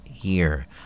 year